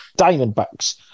diamondbacks